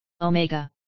Omega